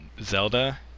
Zelda